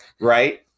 right